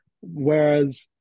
whereas